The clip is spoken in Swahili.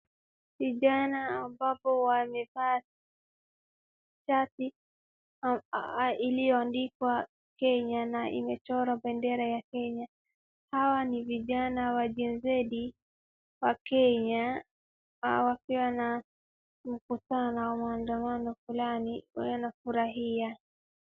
Vijana ambapo wamevaa shati iliyoandikwa Kenya, na imechorwa bendera ya Kenya. Hawa ni vijana wa Gen Zedi , wa Kenya wakiwa mkutano wa maandamano fulani, na wanafurahia.